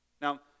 Now